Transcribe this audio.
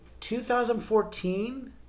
2014